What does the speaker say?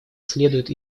следует